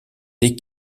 dès